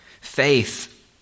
Faith